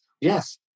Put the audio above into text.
Yes